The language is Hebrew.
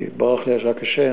ברח לי רק השם.